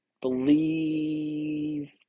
believe